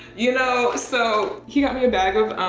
you know? so he got me a bag of